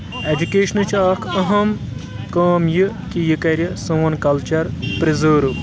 ایجکیشنہٕ چھِ اکھ اہم کٲم یہِ کہِ یہِ کَرِ سون کَلچَر پرٛزٲرو